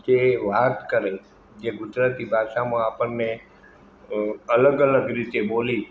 જે વાત કરે જે ગુજરાતી ભાષામાં આપણને અલગ અલગ રીતે બોલી